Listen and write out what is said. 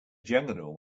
juggernaut